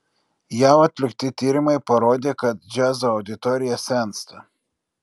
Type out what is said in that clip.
jav atlikti tyrimai parodė kad džiazo auditorija sensta